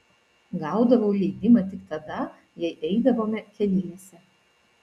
gaudavau leidimą tik tada jei eidavome keliese